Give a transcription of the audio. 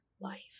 life